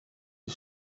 the